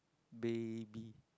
baby